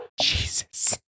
Jesus